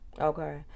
Okay